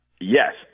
Yes